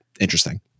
interesting